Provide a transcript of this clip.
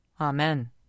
Amen